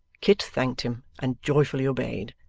kit thanked him, and joyfully obeyed.